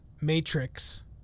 matrix